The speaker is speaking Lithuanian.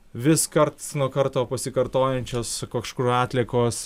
vis karts nuo karto pasikartojančios kažkur atliekos